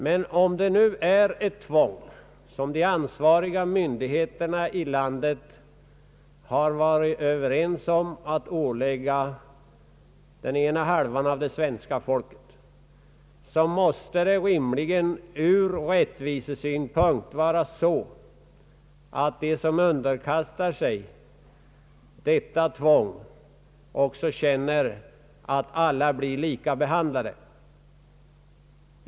Men om det nu är ett tvång som de ansvariga myndigheterna i landet har varit överens om att ålägga den ena halvan av svenska folket, måste det rimligen från rättvisesynpunkt vara så att de som underkastar sig detta tvång känner att alla blir lika behandlade.